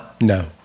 No